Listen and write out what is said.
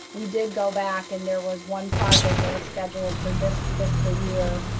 we did go back and there was one project that was scheduled for this fiscal year.